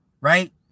right